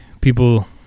people